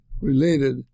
related